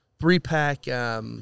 three-pack